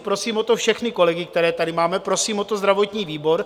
Prosím o to všechny kolegy, které tady máme, prosím o to zdravotní výbor.